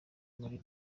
muri